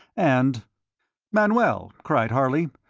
and manoel! cried harley,